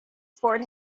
fort